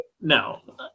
No